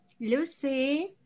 lucy